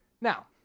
Now